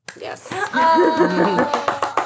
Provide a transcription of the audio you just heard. Yes